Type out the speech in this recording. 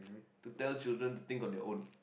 to tell children to think on their own